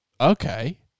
Okay